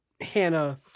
Hannah